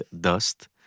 dust